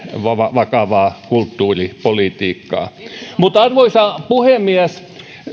vakavaa kulttuuripolitiikkaa arvoisa puhemies